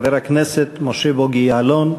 חבר הכנסת משה בוגי יעלון,